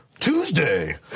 Tuesday